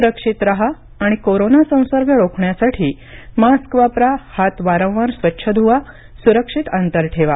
सुरक्षित राहा आणि कोरोना संसर्ग रोखण्यासाठी मास्क वापरा हात वारंवार स्वच्छ धुवा सुरक्षित अंतर ठेवा